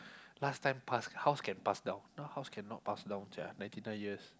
last time pass house can pass down now house cannot pass down sia ninety nine years